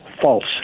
false